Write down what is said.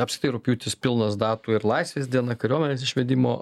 apskritai rugpjūtis pilnas datų ir laisvės diena kariuomenės išvedimo